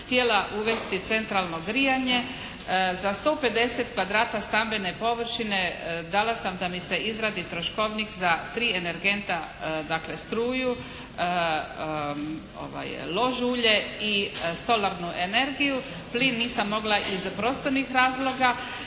htjela uvesti centralno grijanje. Za 150 kvadrata stambene površine dala sam da mi se izradi troškovnik za tri energenta, dakle struju, lož ulje i solarnu energiju, plin nisam mogla iz prostornih razloga